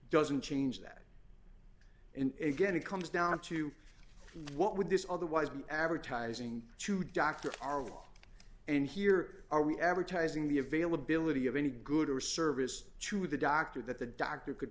doesn't change that and again it comes down to what would this otherwise be advertising to doctors are and here are we advertising the availability of any good or service to the doctor that the doctor could